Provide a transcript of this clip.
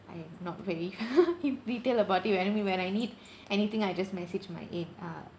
I am not very detailed about it what I mean when I need anything I just message my a~ uh